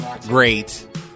Great